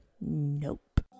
nope